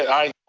aye.